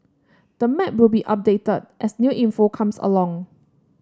the map will be updated as new info comes along